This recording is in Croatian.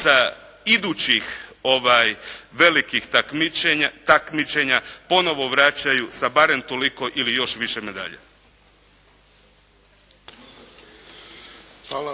sa idućih velikih takmičenja ponovo vraćaju sa barem toliko ili još više medalja.